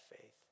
faith